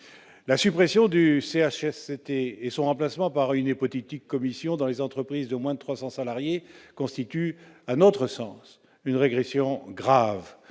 La suppression du CHSCT et son remplacement par une hypothétique commission dans les entreprises de moins de 300 salariés constituent, à notre sens, une régression grave